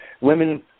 women